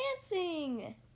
dancing